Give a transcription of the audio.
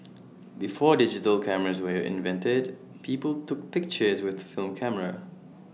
before digital cameras were invented people took pictures with film camera